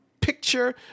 picture